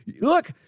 look